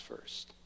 first